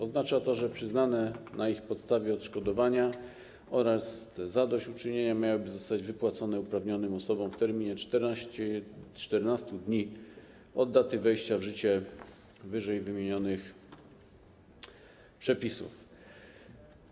Oznacza to, że przyznane na ich podstawie odszkodowania oraz zadośćuczynienia miałyby zostać wypłacone uprawnionym osobom w terminie 14 dni od daty wejścia w życie ww. przepisów.